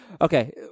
Okay